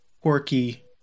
quirky